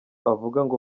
avuga